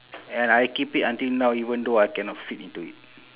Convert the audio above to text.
and I keep it until now even though I cannot fit into it